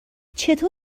چطور